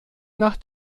nach